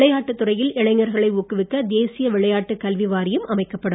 விளையாட்டுத் துறையில் இளைஞர்களை ஊக்குவிக்க தேசிய விளையாட்டு கல்வி வாரியம் அமைக்கப்படும்